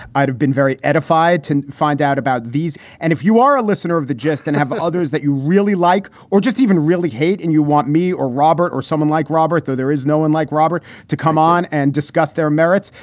i'd have been very edified to find out about these. and if you are a listener of the gist and have others that you really like or just even really hate, and you want me or robert or someone like robert, though there is no one like robert to come on and discuss their merits,